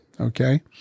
Okay